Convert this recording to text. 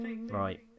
Right